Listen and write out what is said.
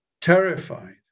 Terrified